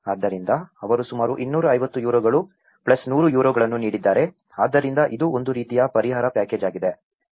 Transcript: ಆದ್ದರಿಂದ ಅವರು ಸುಮಾರು 250 ಯುರೋಗಳು 100 ಯುರೋಗಳನ್ನು ನೀಡಿದ್ದಾರೆ ಆದ್ದರಿಂದ ಇದು ಒಂದು ರೀತಿಯ ಪರಿಹಾರ ಪ್ಯಾಕೇಜ್ ಆಗಿದೆ